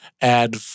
add